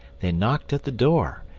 they knocked at the door,